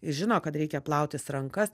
žino kad reikia plautis rankas